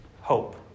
hope